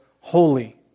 holy